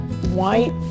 white